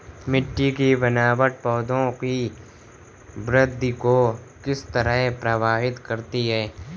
मिटटी की बनावट पौधों की वृद्धि को किस तरह प्रभावित करती है?